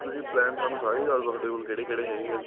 ਤੁਸੀਂ ਪਲੈਨ ਸਾਨੂੰ ਸਾਰੇ ਹੀ ਦੱਸ ਦਿਓ ਤੁਹਾਡੇ ਕੋਲ ਕਿਹੜੇ ਕਿਹੜੇ ਹੈਗੇ ਆ